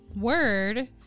word